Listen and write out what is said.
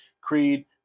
Creed